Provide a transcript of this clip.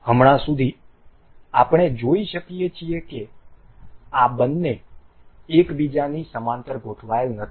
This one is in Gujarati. હમણાં સુધી આપણે જોઈ શકીએ કે આ બંને એક બીજાની સમાંતર ગોઠવાયેલ નથી